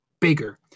bigger